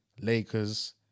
Lakers